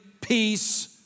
peace